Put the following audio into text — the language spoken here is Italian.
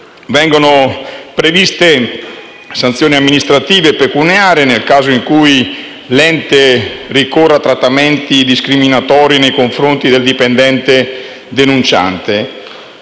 Vengono previste sanzioni amministrative pecuniarie nel caso in cui l'ente ricorra a trattamenti discriminatori nei confronti del dipendente denunciante.